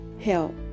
help